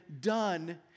done